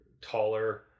taller